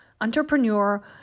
entrepreneur